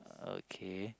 okay